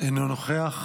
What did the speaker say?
אינו נוכח.